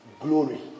Glory